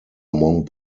among